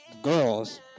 girls